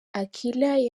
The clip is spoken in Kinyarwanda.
akilah